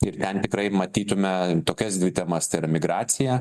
ir ten tikrai matytume tokias dvi temas tai yra migracija